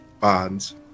Bonds